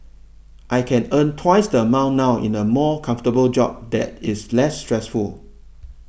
I can earn twice the amount now in a more comfortable job that is less stressful